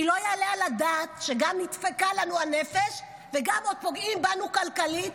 כי לא יעלה על הדעת שגם נדפקה לנו הנפש וגם עוד פוגעים בנו כלכלית.